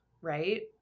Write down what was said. right